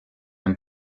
and